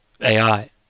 AI